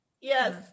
yes